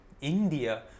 India